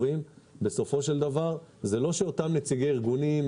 בסופו של דבר זה לא שאותם נציגי ארגונים,